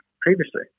previously